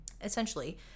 essentially